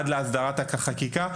להסדרת החקיקה.